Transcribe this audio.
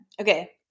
Okay